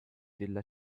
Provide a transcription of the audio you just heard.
della